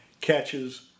catches